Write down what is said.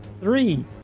Three